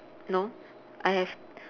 no I have